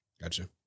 Gotcha